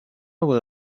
will